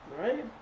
Right